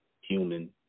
human